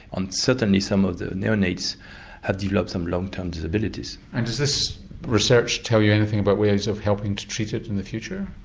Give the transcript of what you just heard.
certainly some of the neonates have developed some long term disabilities. and does this research tell you anything about ways of helping to treat it in the future?